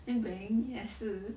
then beng 也是